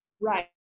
Right